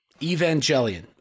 Evangelion